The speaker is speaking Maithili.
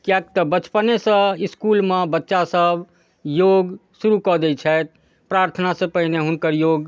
किएक तऽ बचपनेसँ इसकुलमे बच्चासभ योग शुरू कऽ दै छथि प्रार्थनासँ पहिने हुनकर योग